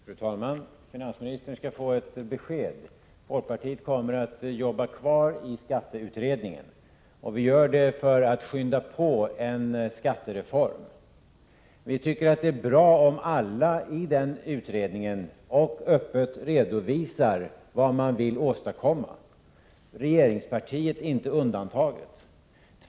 Fru talman! Finansministern skall få ett besked. Vi i folkpartiet kommer att fortsätta att arbeta i skatteutredningen. Vi gör det för att skynda på en skattereform. Vi tycker att det är bra om alla i den utredningen öppet redovisar vad de vill åstadkomma — regeringspartiet inte undantaget.